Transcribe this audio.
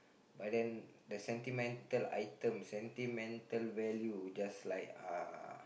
but then the sentimental items sentimental value just like uh